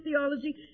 Theology